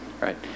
right